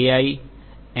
આઈ એમ